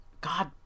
God